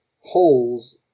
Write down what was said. holes